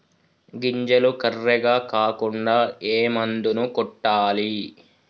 గింజలు కర్రెగ కాకుండా ఏ మందును కొట్టాలి?